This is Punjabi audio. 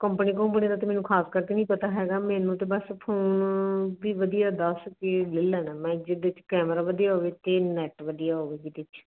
ਕੰਪਨੀ ਕੁਮਪਣੀ ਦਾ ਤਾਂ ਮੈਨੂੰ ਖ਼ਾਸ ਕਰਕੇ ਨਹੀਂ ਪਤਾ ਹੈਗਾ ਮੈਨੂੰ ਤਾਂ ਬਸ ਫੋਨ ਵੀ ਵਧੀਆ ਦੱਸ ਕੇ ਲੈ ਲੈਣਾ ਮੈਂ ਜਿਹਦੇ 'ਚ ਕੈਮਰਾ ਵਧੀਆ ਹੋਵੇ ਅਤੇ ਨੈਟ ਵਧੀਆ ਜਿਹਦੇ 'ਚ